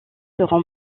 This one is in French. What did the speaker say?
seront